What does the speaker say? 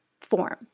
form